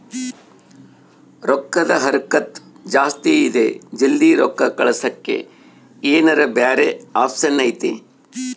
ರೊಕ್ಕದ ಹರಕತ್ತ ಜಾಸ್ತಿ ಇದೆ ಜಲ್ದಿ ರೊಕ್ಕ ಕಳಸಕ್ಕೆ ಏನಾರ ಬ್ಯಾರೆ ಆಪ್ಷನ್ ಐತಿ?